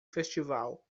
festival